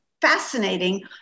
fascinating